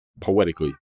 poetically